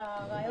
בבקשה.